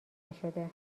نشده